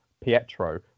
Pietro